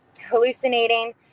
hallucinating